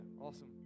awesome